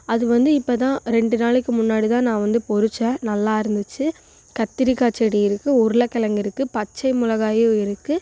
அது வந்து இப்போ தான் ரெண்டு நாளைக்கு முன்னாடி தான் நான் வந்து பொறிச்சேன் நல்லா இருந்துச்சு கத்திரிக்காய் செடி இருக்கு உருளைக்கெழங்கு இருக்கு பச்சை மிளகாயும் இருக்கு